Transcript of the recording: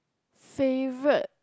favorite